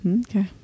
Okay